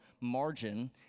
margin